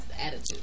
attitude